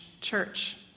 church